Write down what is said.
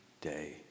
day